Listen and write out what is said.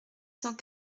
cent